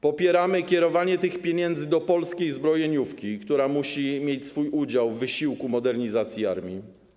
Popieramy kierowanie tych pieniędzy do polskiej zbrojeniówki, która musi mieć swój udział w wysiłku modernizacji armii.